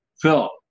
Phil